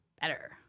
better